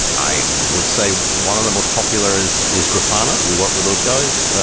i would say one of the most popular is is grafana. we work with those guys.